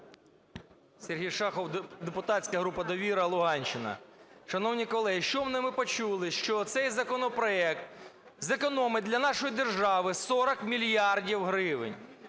Сергій Шахов, депутатська група "Довіра", Луганщина. Шановні колеги, щойно ми почули, що цей законопроект зекономить для нашої держави 40 мільярдів гривень.